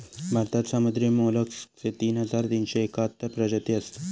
भारतात समुद्री मोलस्कचे तीन हजार तीनशे एकाहत्तर प्रजाती असत